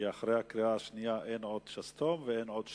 כי אחרי הקריאה השנייה אין עוד שסתום ואין עוד שנייה.